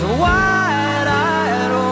wide-eyed